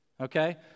okay